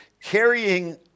carrying